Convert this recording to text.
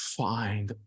find